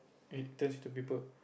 it's just two people